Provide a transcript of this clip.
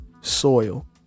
Soil